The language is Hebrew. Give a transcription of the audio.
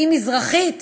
ואם מזרחית,